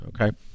Okay